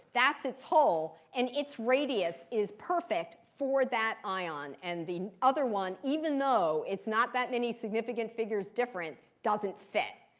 that's its hole, and its radius is perfect for that ion. and the other one, even though it's not that many significant figures different, doesn't fit.